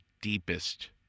deepest